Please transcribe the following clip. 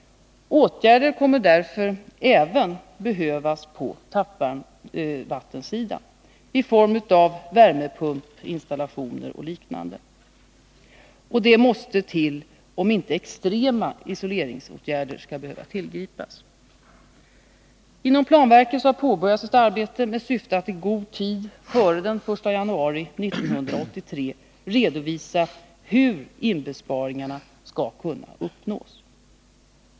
Åtgärder kommer därför även att behövas på tappvarmvattensidan i form av värmepumpinstallationer och liknande. Det måste till, om inte extrema isoleringsåtgärder skall behöva tillgripas. Inom planverket har påbörjats ett arbete med syfte att i god tid före den 1 januari 1983 redovisa hur inbesparingarna skall kunna uppnås.